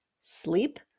sleep